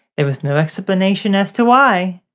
there was no explanation as to why,